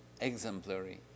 exemplary